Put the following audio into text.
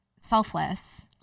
selfless